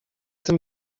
tym